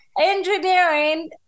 engineering